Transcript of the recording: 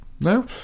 No